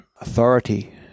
authority